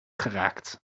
geraakt